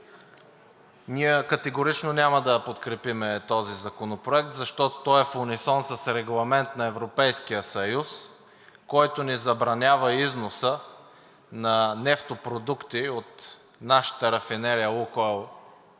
Ние категорично няма да подкрепим този законопроект, защото е в унисон с регламент на Европейския съюз, който ни забранява износа на нефтопродукти от нашата рафинерия „Лукойл